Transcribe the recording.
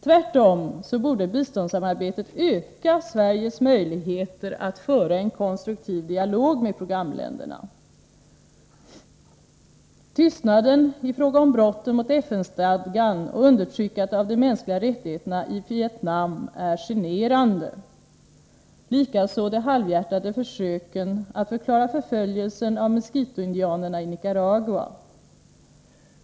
Tvärtom borde biståndssamarbetet öka Sveriges möjligheter att föra en konstruktiv dialog med programländerna. Tystnaden i fråga om brotten mot FN-stadgan och undertryckandet av de mänskliga rättigheterna i Vietnam är generande, likaså de halvhjärtade försöken att förklara förföljelser av miskitoindianerna i Nicaragua.